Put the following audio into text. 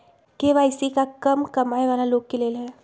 KYC का कम कमाये वाला लोग के लेल है?